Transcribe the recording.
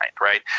right